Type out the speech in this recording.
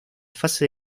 fase